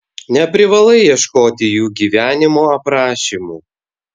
neprivalai ieškoti jų gyvenimo aprašymų